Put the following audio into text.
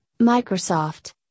Microsoft